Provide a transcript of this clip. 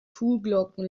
kuhglocken